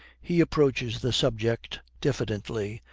he approaches the subject diffidently.